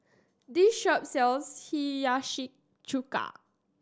this shop sells Hiyashi Chuka